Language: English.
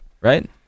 right